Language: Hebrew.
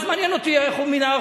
מה זה מעניין אותי איך הוא מינה.